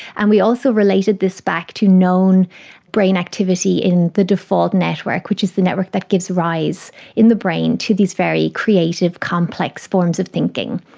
and we also related this back to known brain activity in the default network, which is the network that gives rise in the brain to these very creative, complex forms of thinking,